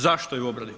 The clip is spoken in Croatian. Zašto je u obradi?